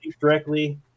directly